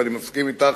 ואני מסכים אתך,